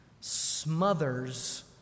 smothers